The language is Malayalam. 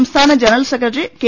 സംസ്ഥാന ജനറൽ സെക്രട്ടറി കെ